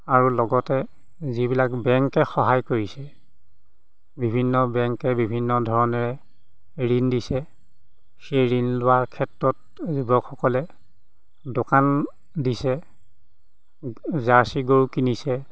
আৰু লগতে যিবিলাক বেংকে সহায় কৰিছে বিভিন্ন বেংকে বিভিন্ন ধৰণেৰে ঋণ দিছে সেই ঋণ লোৱাৰ ক্ষেত্ৰত যুৱকসকলে দোকান দিছে জাৰ্চি গৰু কিনিছে